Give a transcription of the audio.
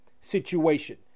situation